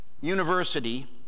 university